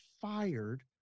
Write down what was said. fired